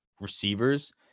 receivers